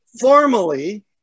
formally